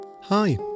Hi